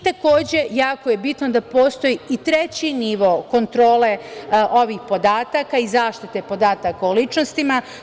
Takođe, jako je bitno da postoji i treći nivo kontrole ovih podataka i zaštite podataka o ličnostima.